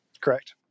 Correct